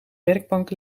werkbank